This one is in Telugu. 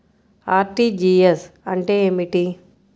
అర్.టీ.జీ.ఎస్ అంటే ఏమిటి?